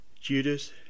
Judas